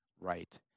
right